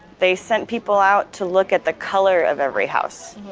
they sent people out to look at the color of every house.